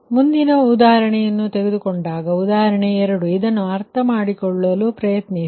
ಆದ್ದರಿಂದ ಮುಂದಿನದು ನಾವು ಇನ್ನೊಂದು ಉದಾಹರಣೆಯನ್ನು ತೆಗೆದುಕೊಂಡಾಗ ಉದಾಹರಣೆ 2 ಮತ್ತು ಇದನ್ನು ಅರ್ಥಮಾಡಿಕೊಳ್ಳಲು ಪ್ರಯತ್ನಿಸಿ